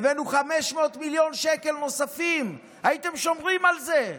הבאנו 500 מיליון שקל נוספים, הייתם שומרים על זה.